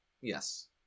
Yes